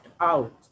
out